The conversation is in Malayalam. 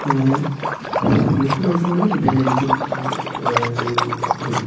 അങ്ങനെ മിക്ക ദിവസങ്ങളിലും ഇതു തന്നെയായിരിക്കും എൻ്റെ ഡെയിലി റുട്ടീൻ